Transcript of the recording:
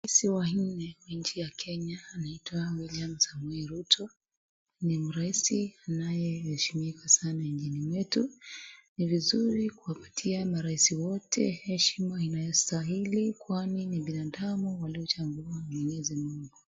Rais wa hii nchi ya kenya anaitwa William Samoei Ruto. Ni rais anayeheshimika sana nchini mwetu. Ni vizuri kuwapatia marais wote heshima inayostahili kwani ni binadamu waliochaguliwa na mwenyezi mungu.